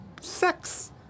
sex